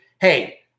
hey